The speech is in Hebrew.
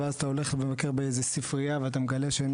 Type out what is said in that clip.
ואז אתה הולך ומבקר באיזו ספריה ואתה מגלה שאין